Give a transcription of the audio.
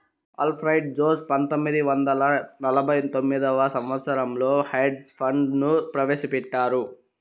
Alfred Jones పంతొమ్మిది వందల నలభై తొమ్మిదవ సంవచ్చరంలో హెడ్జ్ ఫండ్ ను ప్రవేశపెట్టారు